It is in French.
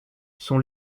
son